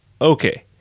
Okay